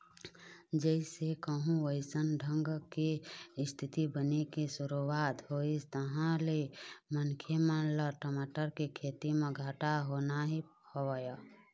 जइसे कहूँ अइसन ढंग के इस्थिति बने के शुरुवात होइस तहाँ ले मनखे मन ल टमाटर के खेती म घाटा होना ही हवय